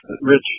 Rich